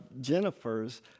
Jennifer's